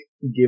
give